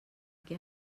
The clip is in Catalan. qui